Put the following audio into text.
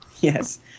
Yes